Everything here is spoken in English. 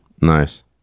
Nice